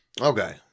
Okay